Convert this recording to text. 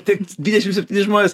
tik dvidešim septyni žmonės